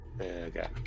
Okay